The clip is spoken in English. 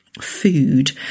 food